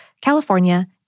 California